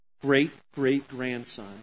great-great-grandson